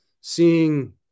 seeing